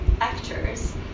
actors